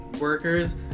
workers